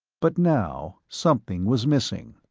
but now, something was missing.